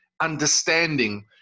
understanding